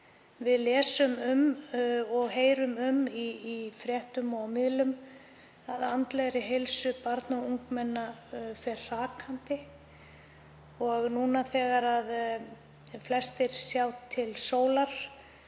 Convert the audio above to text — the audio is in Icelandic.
við lesum um og heyrum um í fréttum og ýmsum miðlum um að andlegri heilsu barna og ungmenna fari hrakandi. Nú þegar flestir sjá til sólar